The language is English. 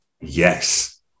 Yes